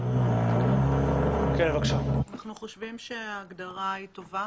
אנחנו חושבים שההגדרה היא טובה